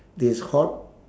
this hot